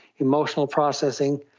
emotional processing,